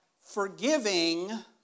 forgiving